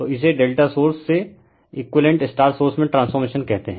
तो इसे Δ सोर्स से एकुईवेलेंट स्टार सोर्स में ट्रांसफॉर्मेशन कहते हैं